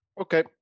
Okay